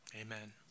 amen